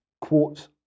quotes